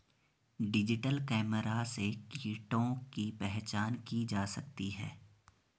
digital camera से कीटों की पहचान की जा सकती है